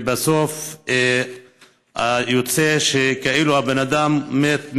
ובסוף יוצא כאילו הבן אדם מת מהשמיים.